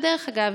בדרך אגב,